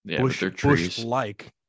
bush-like